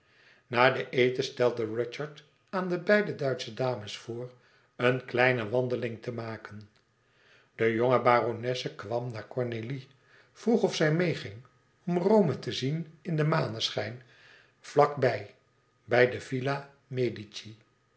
na den eten stelde rudyard aan de beide duitsche dames voor een kleine wandeling te maken de jonge baronesse kwam naar cornélie vroeg of zij meèging om rome te zien in den maneschijn vlak bij bij de villa